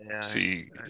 see